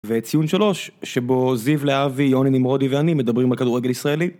וציון שלוש, שבו זיו להבי, יוני נמרודי ואני מדברים על כדורגל ישראלי.